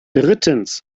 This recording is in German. drittens